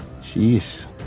Jeez